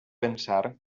pensar